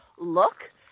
Look